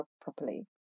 properly